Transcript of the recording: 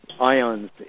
IONS